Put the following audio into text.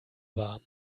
warm